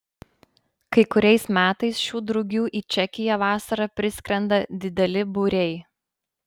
kai kuriais metais šių drugių į čekiją vasarą priskrenda dideli būriai